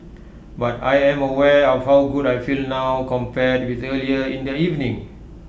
but I am aware of how good I feel now compared with earlier in the evening